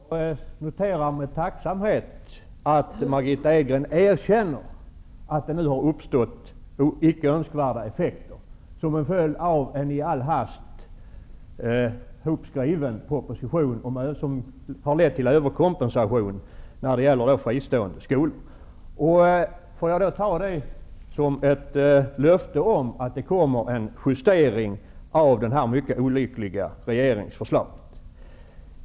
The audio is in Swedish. Herr talman! Jag noterar med tacksamhet att Margitta Edgren erkänner att det nu har uppstått icke önskvärda effekter som en följd av en i all hast hopskriven proposition. Den har lett till överkompensation när det gäller fristående skolor. Får jag ta detta som ett löfte om att det kommer en justering av detta mycket olyckliga regeringsförslag?